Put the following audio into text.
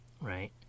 right